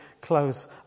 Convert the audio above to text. close